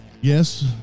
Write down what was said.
Yes